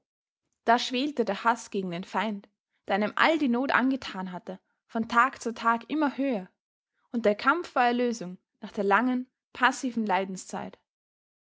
da schwelte der haß gegen den feind der einem all die not angetan hatte von tag zu tag immer höher und der kampf war erlösung nach der langen passiven leidenszeit